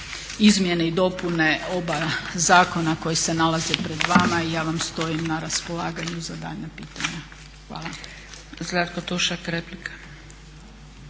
izmjene i dopune oba zakona koji se nalaze pred vama. I ja vam stojim na raspolaganju za dalje. Hvala. **Zgrebec, Dragica